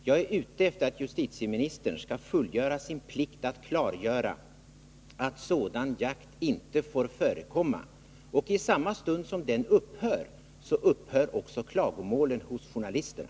Jag är ute efter att justitieministern skall fullgöra sin plikt att klargöra att sådan jakt inte får förekomma. I samma stund som den upphör, upphör också klagomålen hos journalisterna.